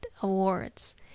awards